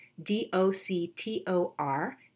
d-o-c-t-o-r